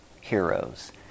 heroes